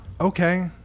Okay